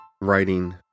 writing